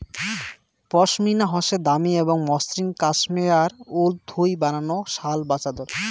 পশমিনা হসে দামি এবং মসৃণ কাশ্মেয়ার উল থুই বানানো শাল বা চাদর